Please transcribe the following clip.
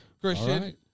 Christian